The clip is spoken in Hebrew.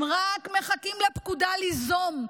הם רק מחכים לפקודה ליזום,